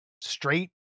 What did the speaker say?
straight